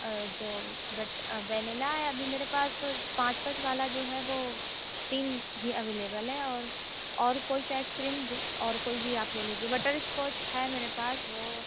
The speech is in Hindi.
जो वेनिला है अभी मेरे पास पाँच पाँच वाला जो है वो तीन ही अवेलेबल है और और कोई सा आइसक्रीम और कोई भी आप ले लीजिये बटरस्कॉच है मेरे पास वो